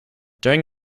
during